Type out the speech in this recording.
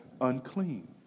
unclean